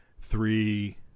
three